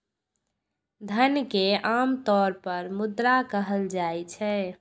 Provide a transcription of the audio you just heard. धन कें आम तौर पर मुद्रा कहल जाइ छै